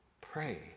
pray